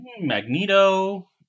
Magneto